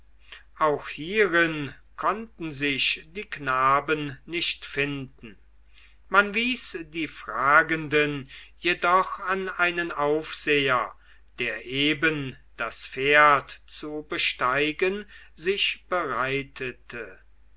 auch hierin konnten sich die knaben nicht finden man wies die fragenden jedoch an einen aufseher der eben das pferd zu besteigen sich bereitete